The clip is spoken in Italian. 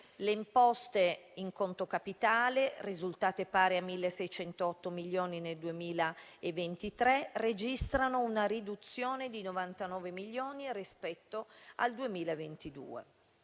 Le imposte in conto capitale, risultate pari a 1.608 milioni nel 2023, registrano una riduzione di 99 milioni rispetto al 2022.